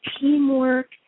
teamwork